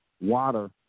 water